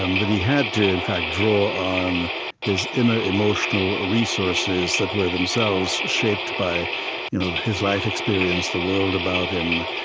um that he had to, in fact, draw on his inner ah emotional ah resources that were themselves shaped by you know his life experience, the world about him,